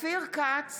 אופיר כץ,